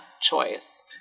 choice